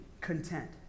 content